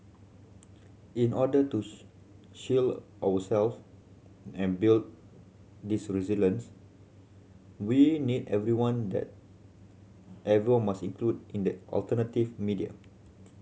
in order to shield ourselves and build this resilience we need everyone that everyone must include in the alternative media